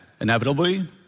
inevitably